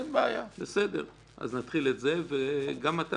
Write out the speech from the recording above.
לערב פה גם גורמים שהם בעלי מקצועיות וידע